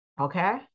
Okay